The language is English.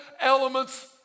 elements